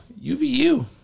UVU